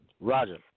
Roger